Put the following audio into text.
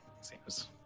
seems